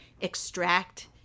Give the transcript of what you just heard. extract